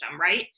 right